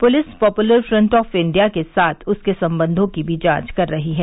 police popular front of India के साथ उसके संबंधों की भी जांच कर रही है